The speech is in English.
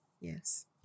Yes